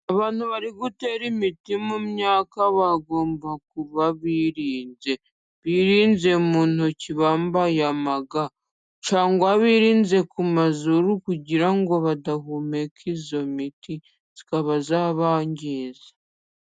Abantu bari gutera imiti mu myaka bagomba kuba birinze, birinze mu ntoki bambaye amaga, cyangwa birinze ku mazuru kugira ngo badahumeka iyo miti ikaba yabangiza.